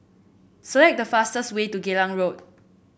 select the fastest way to Geylang Road